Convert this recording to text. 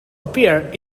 appear